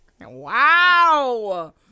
Wow